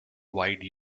wide